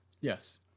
Yes